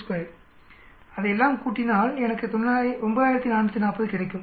82 அதையெல்லாம் கூட்டினால் எனக்கு 9440 கிடைக்கும்